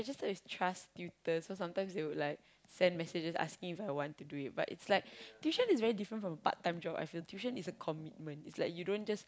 registered with trust tutors so sometimes they would like send messages asking If I want to do it but it's like tuition is very different from part-time job I feel tuition is a commitment is like you don't just